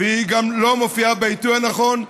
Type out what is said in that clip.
היא גם לא מופיעה בעיתוי הנכון,